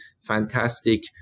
fantastic